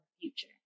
future